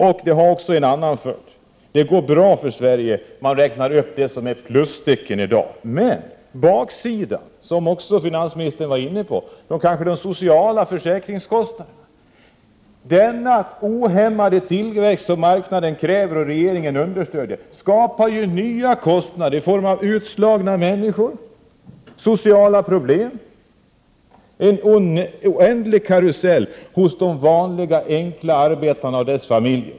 Man säger också att det går bra för Sverige. Man räknar upp allt det som är plustecken i dag. Men baksidan, som också finansministern var inne på, är bl.a. socialförsäkringskostnaderna. Den ohämmade tillväxt som marknaden kräver och som regeringen understödjer skapar nya kostnader i form av utslagna människor och sociala problem — en oändlig karusell hos de vanliga, enkla arbetarna och deras familjer.